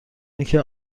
اینکه